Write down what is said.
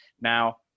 Now